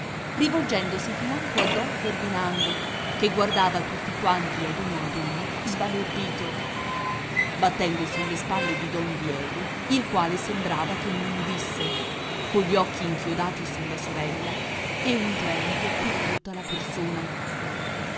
rivolgendosi financo a don ferdinando che guardava tutti quanti ad uno ad uno sbalordito battendo sulle spalle di don diego il quale sembrava che non udisse cogli occhi inchiodati sulla sorella e un tremito per tutta la persona